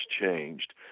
changed